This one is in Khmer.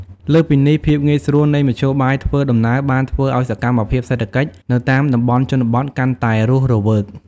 លើសពីនេះ ភាពងាយស្រួលនៃមធ្យោបាយធ្វើដំណើរបានធ្វើឱ្យសកម្មភាពសេដ្ឋកិច្ចនៅតាមតំបន់ជនបទកាន់តែរស់រវើក។